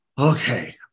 okay